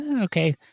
Okay